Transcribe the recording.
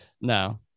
No